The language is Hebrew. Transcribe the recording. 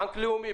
בנק לאומי,